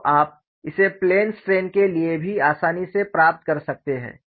तो आप इसे प्लेन स्ट्रेन के लिए भी आसानी से प्राप्त कर सकते हैं